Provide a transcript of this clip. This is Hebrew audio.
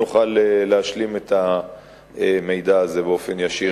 נוכל להשלים את המידע הזה באופן ישיר אליך.